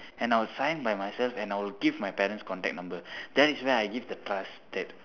and I would sign by myself and I would give my parents' contact number that is where I give the trust that